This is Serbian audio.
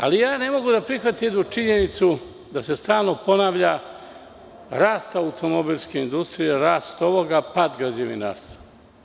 Ali, ja ne mogu da prihvatim jednu činjenicu da se stalno ponavlja rast automobilske industrije a pad građevinarstva.